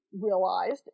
realized